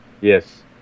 Yes